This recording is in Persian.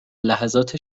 لحظات